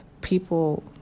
People